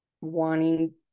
wanting